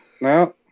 no